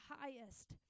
highest